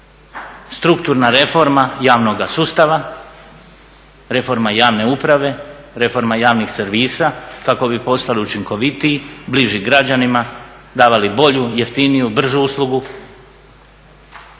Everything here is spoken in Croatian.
strukturna reforma javnoga sustava, reforma javne uprave, reforma javnih servisa kako bi postali učinkovitiji, bliži građanima, davali bolju, jeftiniju, bržu uslugu,